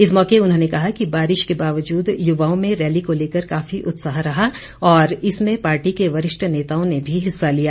इस मौके उन्होंने कहा कि बारिश के बावजूद युवाओं में रैली को लेकर काफी उत्साह रहा और इसमें पार्टी के वरिष्ठ नेताओं ने भी हिस्सा लिया